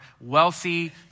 wealthy